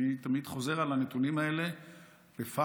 אני תמיד חוזר על הנתונים האלה בפחד,